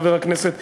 חבר הכנסת רוזנטל,